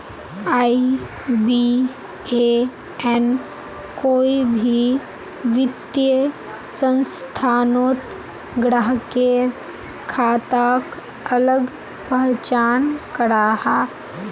IBAN कोई भी वित्तिय संस्थानोत ग्राह्केर खाताक अलग पहचान कराहा